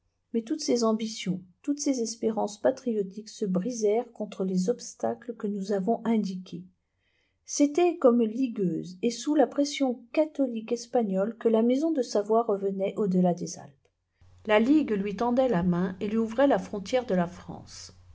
mais toutes ces ambitions toutes ces espérances patriotiques se brisèrent contre les obstacles que nous avons indiqués c'était comme ligueuse et sous la pression catholique espagnole que la maison de savoie revenait au-delà des alpes la ligue lui tendait la main et lui ouvrait la frontière de la france